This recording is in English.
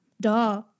Duh